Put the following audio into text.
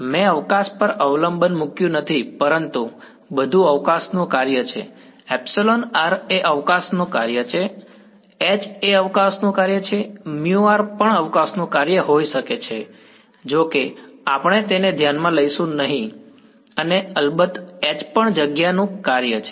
મેં અવકાશ પર અવલંબન મૂક્યું નથી પરંતુ બધું અવકાશનું કાર્ય છે εr એ અવકાશનું કાર્ય છે H એ અવકાશનું કાર્ય છે μr પણ અવકાશનું કાર્ય હોઈ શકે છે જો કે આપણે તેને ધ્યાનમાં લઈશું નહીં અને અલબત્ત H પણ જગ્યાનું કાર્ય છે